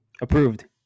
approved